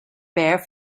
bare